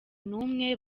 n’umwe